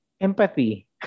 empathy